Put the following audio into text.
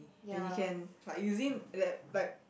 and you can like using that like